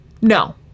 No